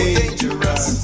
dangerous